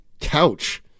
couch